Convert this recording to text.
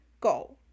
Go